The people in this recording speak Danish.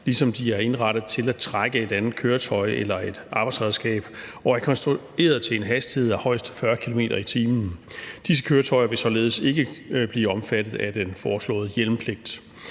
ligesom de er indrettet til at trække et andet køretøj eller et arbejdsredskab og er konstrueret til en hastighed på højst 40 km/t. Disse køretøjer vil således ikke blive omfattet af den foreslåede hjelmpligt.